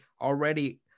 already